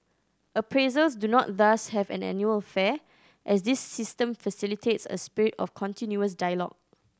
appraisals do not thus have an annual affair as this system facilitates a spirit of continuous dialogue